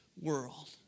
world